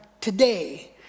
today